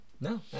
No